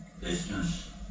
business